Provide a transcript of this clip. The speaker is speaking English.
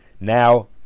now